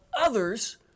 others